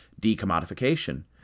Decommodification